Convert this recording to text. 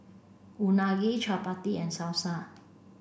Unagi Chaat Papri and Salsa